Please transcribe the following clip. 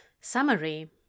Summary